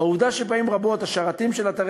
העובדה שפעמים רבות השרתים של אתרי